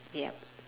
yup